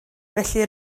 felly